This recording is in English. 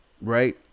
right